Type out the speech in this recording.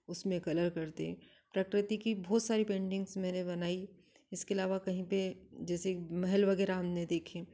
उसमें कलर करते प्रकृति की बहुत सारी पेंटिंग्स मैंने बनाई है इसके अलावा कहीं पर जैसे महल वगैरह हमने देखे